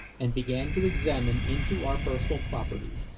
and began to examine into our personal property.